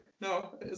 no